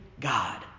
God